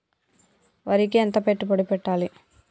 వరికి ఎంత పెట్టుబడి పెట్టాలి?